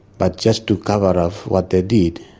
but just to cover off what they did,